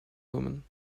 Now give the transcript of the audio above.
woman